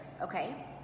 okay